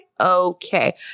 Okay